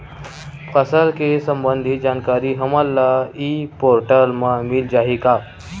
फसल ले सम्बंधित जानकारी हमन ल ई पोर्टल म मिल जाही का?